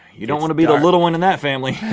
you don't wanna be the little one in that family!